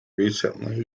recently